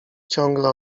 ciągle